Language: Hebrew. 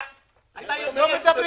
לא,